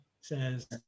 says